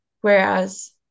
Whereas